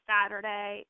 Saturday